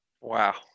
Wow